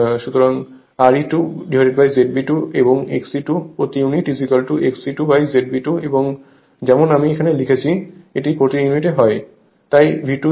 সুতরাং Re2ZB 2 এবং XE2 প্রতি ইউনিট XE2ZB 2 এবং যেমন আমি এখানে লিখেছি এটি প্রতি ইউনিটে হয়